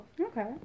Okay